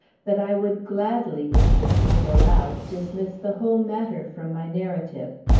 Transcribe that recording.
that i would gladly, if the truth allowed, dismiss the whole matter from my narrative.